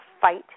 fight